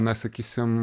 na sakysim